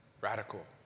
Radical